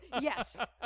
yes